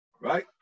Right